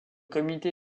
comité